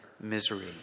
misery